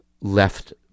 left